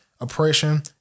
oppression